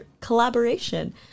collaboration